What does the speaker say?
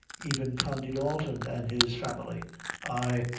even condy dalton an' his family ay,